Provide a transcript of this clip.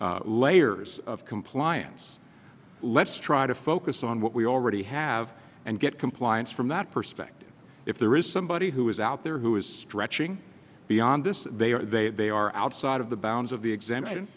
layers of compliance let's try to focus on what we already have and get compliance from that perspective if there is somebody who is out there who is stretching beyond this they are they they are outside of the bounds of the exam